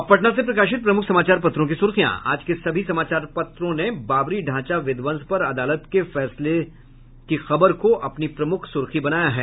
अब पटना से प्रकाशित प्रमुख समाचार पत्रों की सुर्खियां आज के सभी समाचार पत्रों ने बाबरी ढांचा विध्वंस पर अदालत के फैसले की खबर को अपनी प्रमुख सुर्खी बनायी है